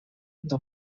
the